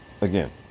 Again